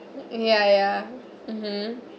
yeah yeah mmhmm